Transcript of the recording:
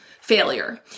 failure